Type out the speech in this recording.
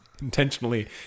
intentionally